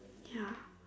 ya